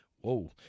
whoa